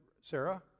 Sarah